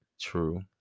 True